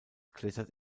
klettert